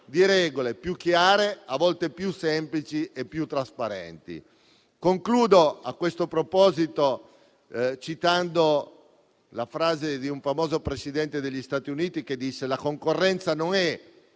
di regole più chiare, a volte più semplici e più trasparenti. Concludo, a questo proposito, citando la frase di un famoso Presidente degli Stati Uniti, che disse che la concorrenza non è